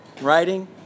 writing